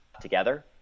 together